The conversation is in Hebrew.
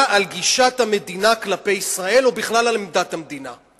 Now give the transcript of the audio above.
על גישת המדינה כלפי ישראל או בכלל על עמדת המדינה.